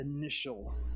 initial